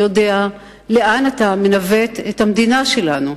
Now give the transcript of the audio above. יודע לאן אתה מנווט את המדינה שלנו?